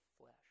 flesh